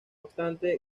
obstante